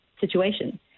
situation